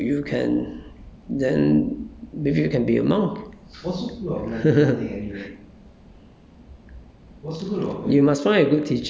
if you really really like and you want more time to meditate you you can then maybe you can be a monk